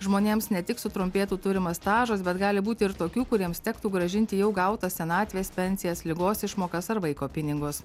žmonėms ne tik sutrumpėtų turimas stažas bet gali būti ir tokių kuriems tektų grąžinti jau gautas senatvės pensijas ligos išmokas ar vaiko pinigus